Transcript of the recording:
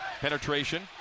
Penetration